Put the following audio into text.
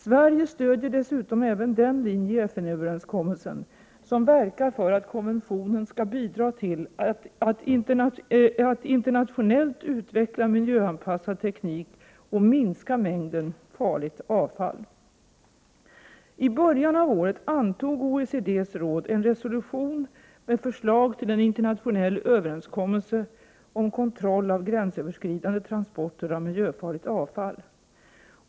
Sverige stödjer dessutom även den linje i FN-överenskommelsen som verkar för att konventionen skall bidra till att internationellt utveckla miljöanpassad teknik och minska mängden farligt avfall. I början av året antog OECD:s råd en resolution med förslag till en internationell överenskommelse om kontroll av gränsöverskridande transporter av miljöfarligt avfall.